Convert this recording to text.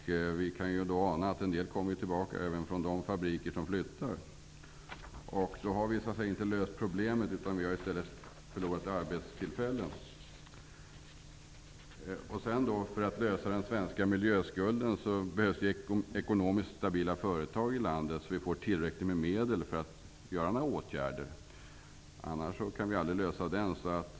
Det finns därför anledning att ana att en del av föroreningarna kommer även från de fabriker som flyttats till utlandet. Därmed är problemet alltså inte löst. Vad som inträffat är i stället att vi har förlorat arbetstillfällen. För att klara den svenska miljöskulden behövs ekonomiskt stabila företag i landet, så att vi får tillräckliga medel för att vidta åtgärder. Annars kan vi aldrig nå en lösning där.